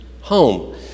home